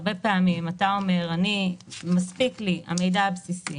פעמים רבות אתה אומר: מספיק לי המידע הבסיסי.